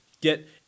get